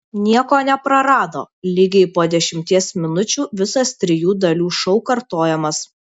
nieko neprarado lygiai po dešimties minučių visas trijų dalių šou kartojamas